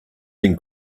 been